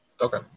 Okay